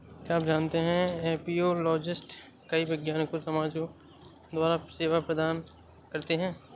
क्या आप जानते है एपियोलॉजिस्ट कई वैज्ञानिक समाजों द्वारा सेवा प्रदान करते हैं?